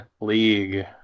league